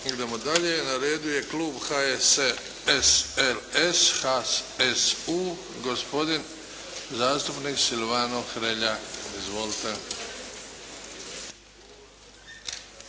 Idemo dalje. Na redu je klub HSSRS HSU, gospodin zastupnik Silvano Hrelja. Izvolite.